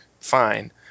fine